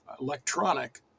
electronic